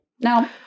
no